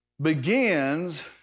begins